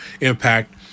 impact